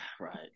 right